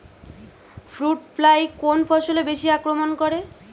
Fruit fly কোন ফসলে বেশি আক্রমন করে?